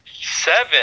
seven